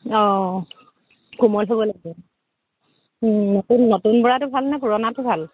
অঁ কোমল হ'ব লাগে নতুন নতুন বৰাটো ভাল ন পুৰণাটাে ভাল